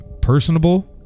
personable